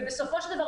ובסופו של דבר,